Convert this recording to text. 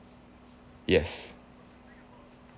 yes